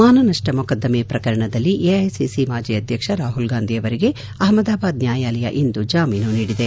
ಮಾನನಷ್ಷ ಮೊಕದ್ದಮೆ ಪ್ರಕರಣದಲ್ಲಿ ಎಐಸಿಸಿ ಮಾಜಿ ಅಧ್ಯಕ್ಷ ರಾಹುಲ್ ಗಾಂಧಿ ಅವರಿಗೆ ಅಹಮದಾಬಾದ್ ನ್ನಾಯಾಲಯ ಇಂದು ಜಾಮೀನು ನೀಡಿದೆ